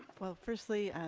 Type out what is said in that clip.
well firstly,